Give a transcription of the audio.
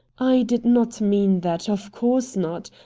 i did not mean that, of course not.